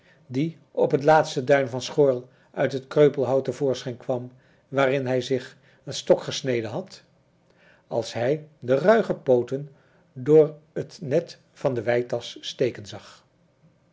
die op het laatste duin van schoorl uit het kreupelhout te voorschijn kwam waarin hij zich een stok gesneden had als hij de ruige pooten door het net van de weitasch steken zag